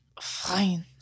Fine